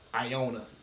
Iona